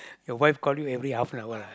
your wife call you every half an hour ah